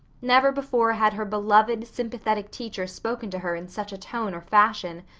never before had her beloved, sympathetic teacher spoken to her in such a tone or fashion,